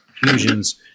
fusions